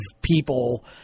people